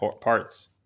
parts